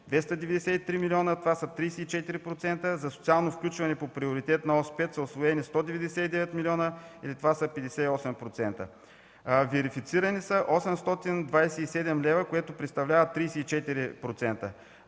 293 милиона, а това са 34%; за социално включване по Приоритетна ос 5 са усвоени 199 млн. лв. или това са 58%. Верифицирани са 827 млн. лв., което представлява 34%.